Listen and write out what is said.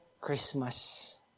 Christmas